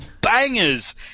bangers